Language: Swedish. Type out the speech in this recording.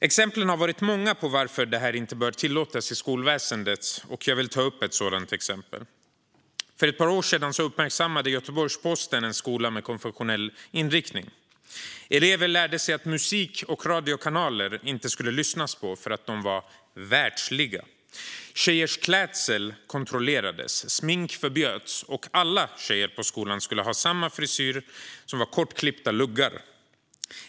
Exemplen har varit många på varför detta inte bör tillåtas i skolväsendet. Jag vill ta upp ett sådant exempel. För ett par år sedan uppmärksammade Göteborgs-Posten en skola med konfessionell inriktning. Elever fick lära sig att musik och radiokanaler inte skulle lyssnas på, för de var världsliga. Tjejers klädsel kontrollerades. Smink förbjöds, och alla tjejer på skolan skulle ha samma frisyr - kortklippta luggar.